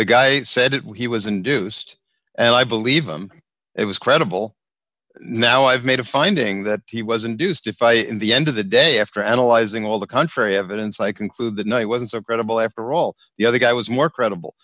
the guy said it was he was induced and i believe him it was credible now i've made a finding that he was induced to fight in the end of the day after analyzing all the country evidence i conclude that no it wasn't so great a bill after all the other guy was more credible